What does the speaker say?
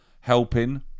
helping